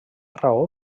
raó